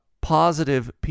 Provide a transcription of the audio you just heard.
positive